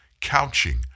couching